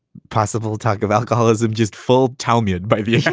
possible talk of alcoholism just full talmage, by the yeah